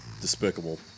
Despicable